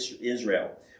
Israel